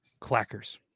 clackers